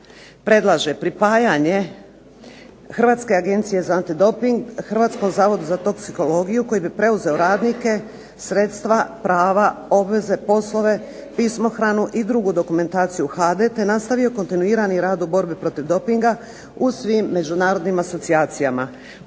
predlaže pripajanje Hrvatske agencije za antidoping Hrvatskom zavodu za toksikologiju koji bi preuzeo radnike, sredstva, prava, obveze, poslove, pismohranu te drugu dokumentaciju HADA-e te nastavio kontinuirani rad u borbi protiv dopinga u svim međunarodnim asocijacijama.